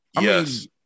Yes